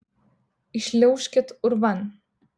įšliaužkit urvan